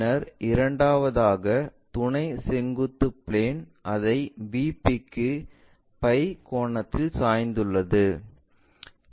பின்னர் இரண்டாவதாக துணை செங்குத்து பிளேன் அதை VP க்கு phi கோணத்தில் சாய்ந்துள்ளது